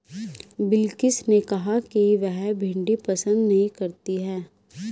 बिलकिश ने कहा कि वह भिंडी पसंद नही करती है